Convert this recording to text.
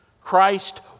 Christ